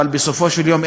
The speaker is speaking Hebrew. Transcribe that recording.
אבל בסופו של יום,